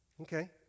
Okay